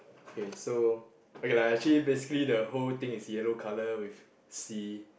okay so okay like actually basically the whole thing is yellow colour with sea